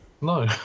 No